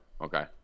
Okay